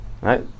right